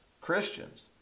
Christians